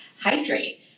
hydrate